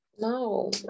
No